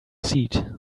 seed